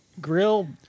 grill